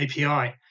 API